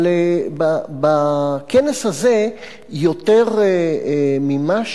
אבל בכנס הזה, יותר ממה